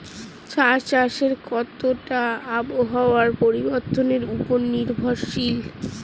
চা চাষ কতটা আবহাওয়ার পরিবর্তন উপর নির্ভরশীল?